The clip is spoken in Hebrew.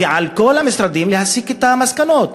ועל כל המשרדים להסיק את המסקנות.